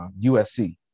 USC